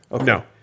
no